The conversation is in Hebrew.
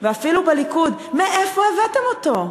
ואפילו בליכוד: מאיפה הבאתם אותו?